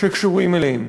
שקשורים אליהם.